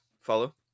Follow